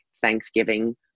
Thanksgiving